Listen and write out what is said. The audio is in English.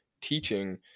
teaching